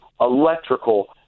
electrical